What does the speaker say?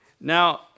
Now